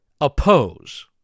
oppose